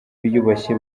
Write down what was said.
biyubashye